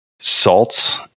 salts